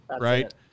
right